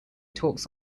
talks